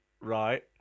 right